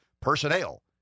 personnel